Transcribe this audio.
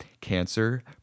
cancer